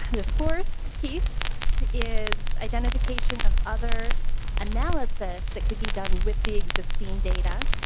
the fourth piece is identification of other analysis that can be done with the existing data